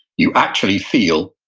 you actually feel,